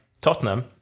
Tottenham